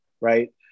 right